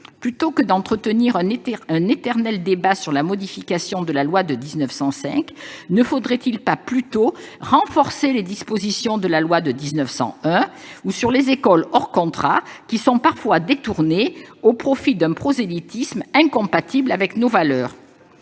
Plutôt que d'entretenir un éternel débat sur la modification de la loi de 1905, ne faudrait-il pas renforcer les dispositions de la loi de 1901 ou celles sur les écoles hors contrat, qui sont parfois détournées au profit d'un prosélytisme incompatible avec nos valeurs ?